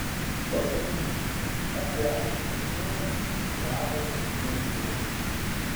pasakysiu atia senienos labas naujienos